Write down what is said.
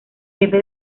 jefe